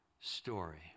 story